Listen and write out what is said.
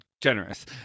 generous